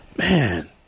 Man